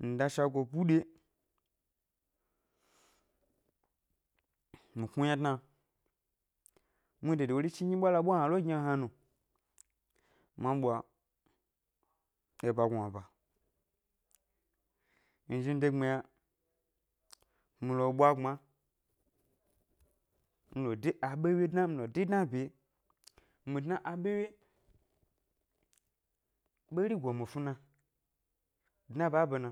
nda shago buɗe mi knu ʻyna dna, mu dede wori chni gni é ɓwalaɓwa hna lo gnio hna no, ma ɓwa eba gnuaba nzhi nde gbmiya mi lo ʻɓwa gbma nlo de aɓe ʻwye dna mi lo dé dna bye, mi dna aɓe ʻwye, ɓeri go mi snu na dna ba ɓe na.